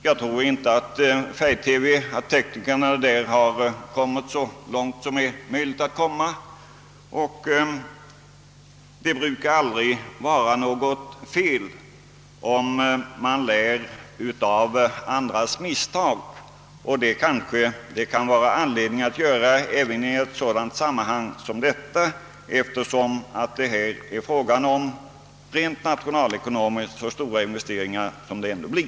Jag tror inte att våra tekniker har hunnit så långt med färg TV som det är möjligt att göra och det brukar aldrig vara fel att lära av andras misstag. Det kan vi ha anledning att betänka även i ett sådant sammanhang som detta, eftersom det är fråga om nationalekonomiskt sett mycket stora investeringar.